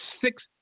six